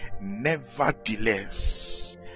Nevertheless